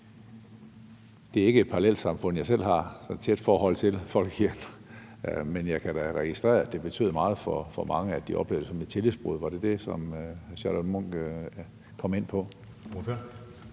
er ikke et parallelsamfund, jeg selv har et tæt forhold til, men jeg kan da registrere, at det betød meget for mange, at de oplevede det som et tillidsbrud. Var det det, som fru Charlotte Munch kom ind på?